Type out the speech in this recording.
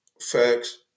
Facts